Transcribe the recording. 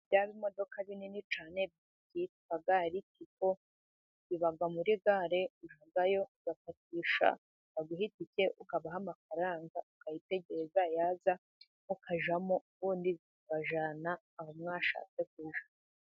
Bya bimodoka binini cyane byitwa Ritiko, biba muri gare, ujyayo ugakatisha, bakaguha itike, ukabaha amafaranga. Ukayitegereza yaza ukajyamo, ubundi mukajyana aho mwashatse kujya.